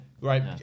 right